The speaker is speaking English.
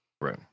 Right